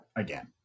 Again